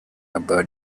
about